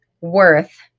worth